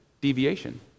deviation